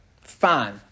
fine